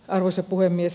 arvoisa puhemies